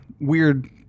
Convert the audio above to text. weird